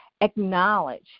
acknowledge